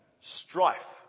strife